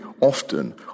often